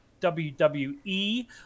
WWE